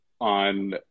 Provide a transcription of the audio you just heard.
on